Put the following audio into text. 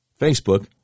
Facebook